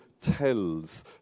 tells